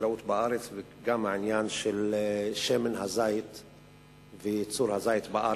החקלאות בארץ וגם את עניין שמן הזית וייצור הזית בארץ,